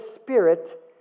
Spirit